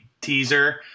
teaser